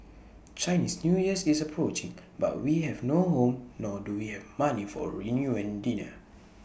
Chinese New Year is approaching but we have no home nor do we have money for A reunion dinner